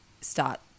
start